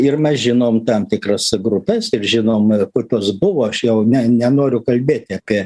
ir mes žinom tam tikras grupes ir žinom ir kokios buvo aš jau ne nenoriu kalbėti apie